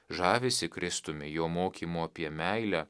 žavisi kristumi jo mokymu apie meilę